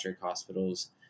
hospitals